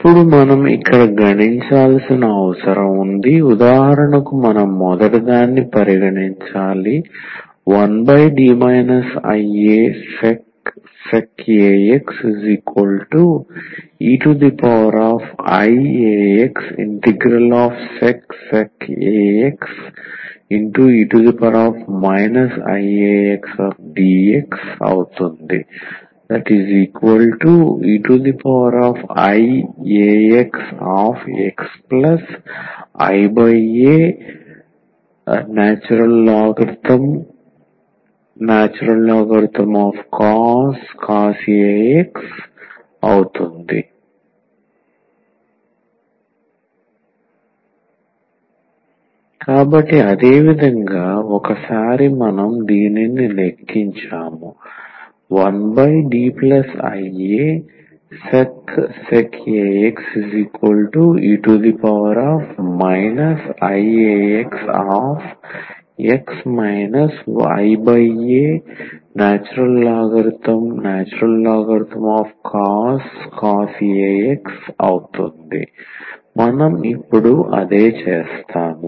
ఇప్పుడు మనం ఇక్కడ గణించాల్సిన అవసరం ఉంది ఉదాహరణకు మనం మొదటిదాన్ని పరిగణించాలి 1D iasec ax eiaxsec ax e iaxdx eiaxxialn cos ax కాబట్టి అదేవిధంగా ఒకసారి మనం దీనిని లెక్కించాము 1Diasec ax e iaxx ialn cos ax మనం ఇప్పుడు అదే చేస్తాము